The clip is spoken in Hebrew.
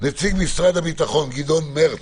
נציג משרד הביטחון, גדעון מרץ,